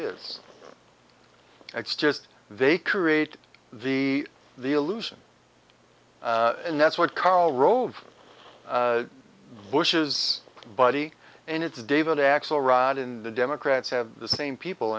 is it's just they create the the illusion and that's what karl rove bush's buddy and it's david axelrod in the democrats have the same people